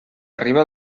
arriba